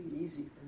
easy